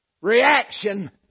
reaction